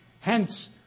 Hence